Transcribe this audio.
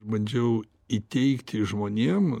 bandžiau įteigti žmonėm